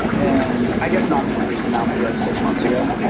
and i guess not to increase. and now, maybe like six months ago.